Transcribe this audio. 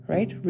Right